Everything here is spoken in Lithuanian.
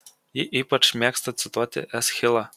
ji ypač mėgsta cituoti eschilą